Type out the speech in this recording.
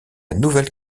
nouvelle